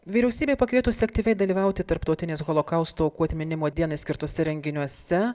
vyriausybei pakvietus aktyviai dalyvauti tarptautinės holokausto aukų atminimo dienai skirtuose renginiuose